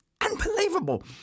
Unbelievable